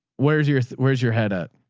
where's your, where's your head at?